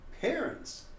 parents